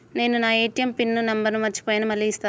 నేను నా ATM PIN number మర్చిపోయాను మళ్ళీ ఇస్తారా?